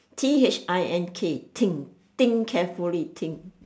T H I N K think think carefully think